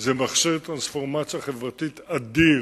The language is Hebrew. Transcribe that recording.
זה מכשיר טרנספורמציה חברתית אדיר,